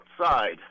outside